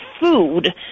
food